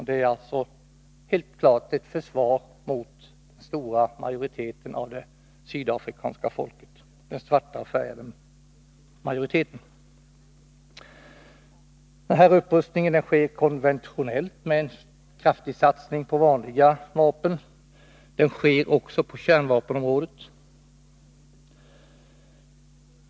Det handlar helt klart om försvar mot befolkningens stora majoritet av svarta och färgade. Den här upprustningen sker konventionellt med en kraftig satsning på vanliga vapen, men den sker också på kärnvapenområdet.